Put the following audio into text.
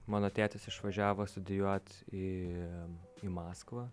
mano tėtis išvažiavo studijuot ir į maskvą